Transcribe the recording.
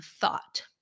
thought